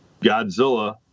Godzilla